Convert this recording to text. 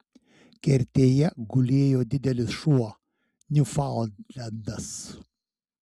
kertėje gulėjo didelis šuo niufaundlendas